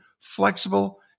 flexible